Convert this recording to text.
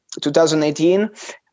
2018